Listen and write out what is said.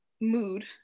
mood